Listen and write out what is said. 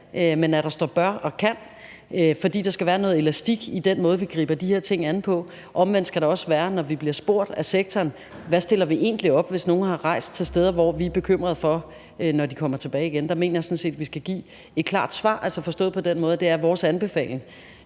men at der står »bør« og »kan«, fordi der skal være noget elastik i den måde, vi griber de her ting an på. Omvendt mener jeg også, at når vi bliver spurgt af sektoren, hvad man egentlig stiller op, hvis nogle har rejst til steder, hvor man er bekymret for smitte, når de kommer tilbage igen, så skal vi give et klart svar, altså forstået på den måde, at det er vores anbefaling,